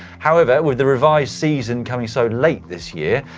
however, with the revised season coming so late this year,